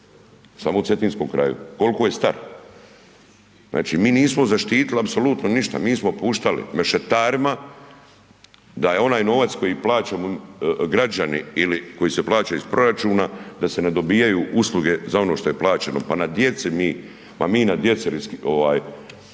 samo u Cetinskom kraju koliko je star. Znači mi nismo zaštitili apsolutno ništa, mi smo puštali mešetarima da je onaj novac koji plaćaju građani ili koji se plaća iz proračuna da se ne dobijaju usluge za ono što je plaćeno. MI djecu riskiramo da ne